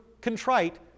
contrite